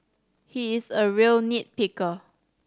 he is a real nit picker